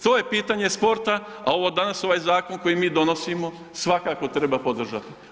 To je pitanje sporta, a ovo danas, ovaj zakon koji mi donosimo svakako treba podržati.